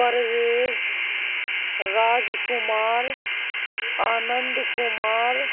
Pervez Raj Kumar Anand Kumar